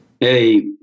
Hey